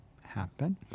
happen